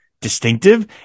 distinctive